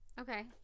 Okay